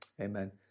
amen